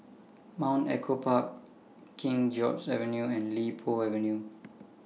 Mount Echo Park King George's Avenue and Li Po Avenue